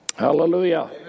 hallelujah